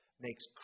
makes